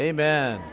Amen